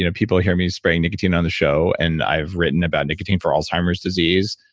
you know people hear me spray nicotine on the show, and i've written about nicotine for alzheimer's disease.